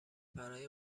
برای